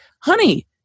honey